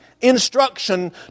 instruction